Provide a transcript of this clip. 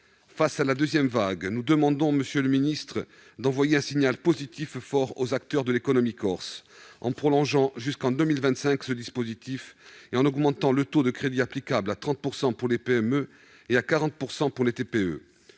à la deuxième vague, nous vous demandons, monsieur le ministre, d'envoyer un signal positif fort aux acteurs de l'économie corse, en prolongeant jusqu'à 2025 ce dispositif et en augmentant le taux de crédit applicable à 30 % pour les PME et à 40 % pour les TPE.